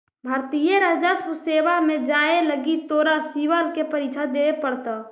भारतीय राजस्व सेवा में जाए लगी तोरा सिवल के परीक्षा देवे पड़तो